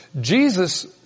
Jesus